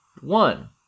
One